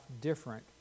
different